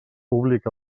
públic